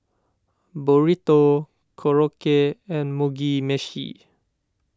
Burrito Korokke and Mugi Meshi